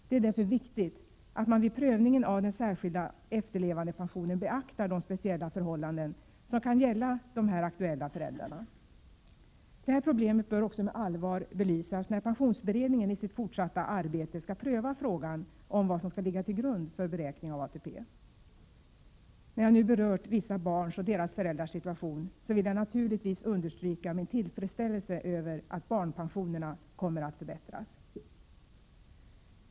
Det är därför viktigt att man vid prövningen av den särskilda efterlevandepensionen beaktar de speciella förhållanden som kan gälla de här aktuella föräldrarna. Det här problemet bör också med allvar belysas när pensionsberedningen i sitt fortsatta arbete skall pröva frågan om vad som skall ligga till grund för beräkning av ATP. När jag nu berört vissa barns och deras föräldrars situation, vill jag naturligtvis understryka min tillfredsställelse över att barnpensionerna kommer att förbättras.